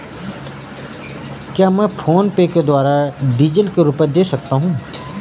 क्या मैं फोनपे के द्वारा डीज़ल के रुपए दे सकता हूं?